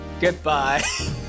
Goodbye